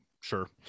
sure